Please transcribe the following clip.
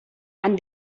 and